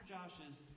Josh's